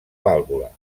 vàlvula